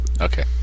Okay